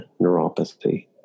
neuropathy